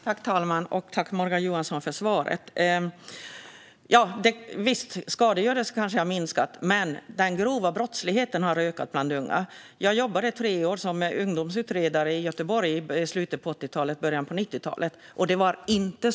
Herr talman! Jag vill tacka Morgan Johansson för svaret. Skadegörelsen kanske har minskat, men den grova brottsligheten bland unga har ökat. Jag jobbade under tre år i slutet på 80-talet och början på 90-talet som ungdomsutredare i Göteborg.